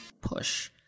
push